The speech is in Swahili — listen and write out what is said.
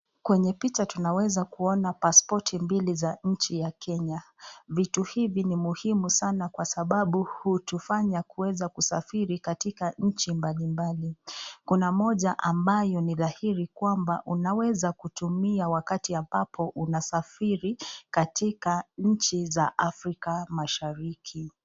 Kwenye picha tunaeza kuona pasipoti mbili za nchi ya Kenya. Vitu hivi ni muhimu sanaa kwa sababu hutufanya kuweza kusafiri katika nchi mbali mbali. Kuna moja ambayo ni dhahiri kwamba unaweza kutumia wakati ambapo unasafiri katika nchi za Africa mashariki.